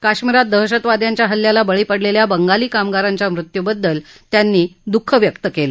काश्मिरात दहशतवाद्यांच्या हल्ल्याला बळी पडलेल्या बंगाली कामगारांच्या मृत्यू बद्दल त्यांनी दुःख व्यक्त केलं